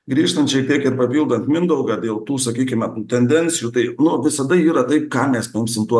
grįžtant šiek tiek ir papildant mindaugą dėl tų sakykime tendencijų tai nu visada yra tai ką mes imsim